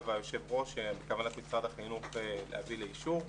היושב-ראש ובכוונת משרד החינוך להביא לאישור.